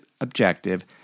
objective